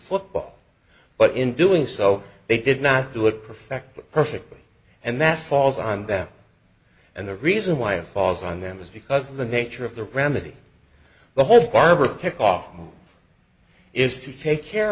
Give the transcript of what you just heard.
football but in doing so they did not do it perfect perfectly and that falls on them and the reason why a follows on them is because of the nature of the remedy the whole barber kicked off is to take care